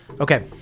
Okay